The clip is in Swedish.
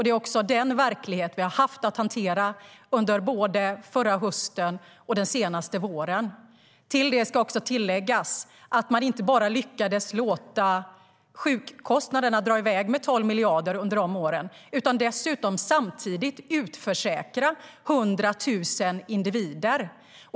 Det är också den verklighet vi har haft att hantera under både förra hösten och den senaste våren. Till detta ska också läggas att man inte bara lyckades låta sjukkostnaderna dra iväg med 12 miljarder under dessa år, utan dessutom samtidigt utförsäkra 100 000 individer.